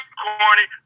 corny